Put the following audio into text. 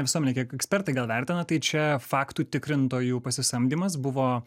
visuomenė kiek ekspertai gal vertina tai čia faktų tikrintojų pasisamdymas buvo